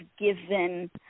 given